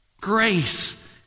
Grace